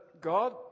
God